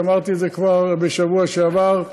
כי אמרתי את זה כבר בשבוע שעבר: